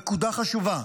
נקודה חשובה: